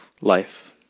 life